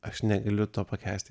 aš negaliu to pakęsti